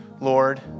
Lord